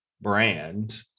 brand